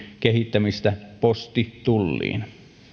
kehittämistä postitulliin